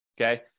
okay